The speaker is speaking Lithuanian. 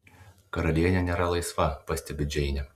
karalienė nėra laisva pastebi džeinė